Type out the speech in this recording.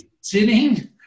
sitting